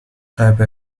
type